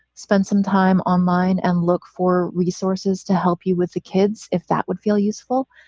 spend some time online and look for resources to help you with the kids. if that would feel useful.